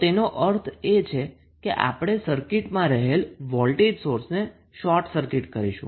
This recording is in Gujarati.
તો તેનો અર્થ એ છે કે આપણે સર્કિટમાં રહેલા વોલ્ટેજ સોર્સને શોર્ટ સર્કિટ કરીશું